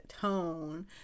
tone